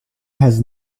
has